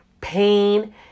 pain